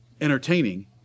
entertaining